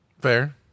Fair